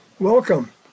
Welcome